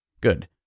good